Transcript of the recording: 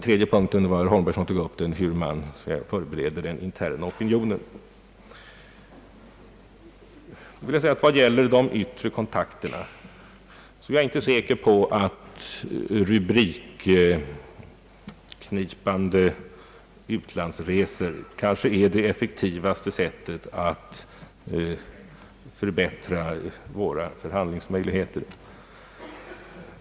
Beträffande de yttre kontakterna är jag inte säker på att rubrikknipande utlandsresor är det effektivaste sättet att förbättra våra förhandlingsmöjligheter.